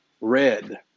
red